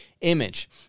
image